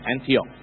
Antioch